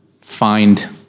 find